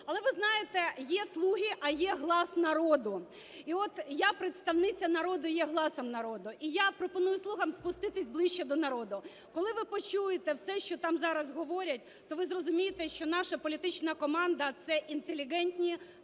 Але, ви знаєте, є "слуги", а є глас народу. І от я, представниця народу, є гласом народу, і я пропоную "Слугам" спуститися ближче до народу. Коли ви почуєте все, що там зараз говорять, то ви зрозумієте, що наша політична команда – це інтелігентні,